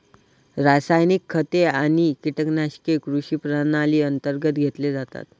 रासायनिक खते आणि कीटकनाशके कृषी प्रणाली अंतर्गत घेतले जातात